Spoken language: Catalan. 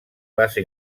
base